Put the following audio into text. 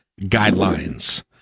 guidelines